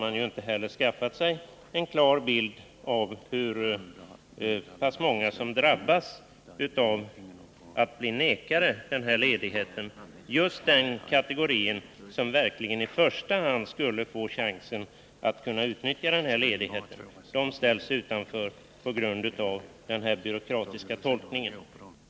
Därmed har inte heller utskottet skaffat sig en klar bild av hur många som drabbas av att bli vägrade denna ledighet. Just den kategori som i första hand verkligen borde få chansen att utnyttja denna ledighet ställs utanför på grund av denna byråkratiska tolkning.